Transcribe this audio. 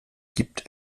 gibt